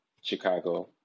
Chicago